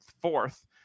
fourth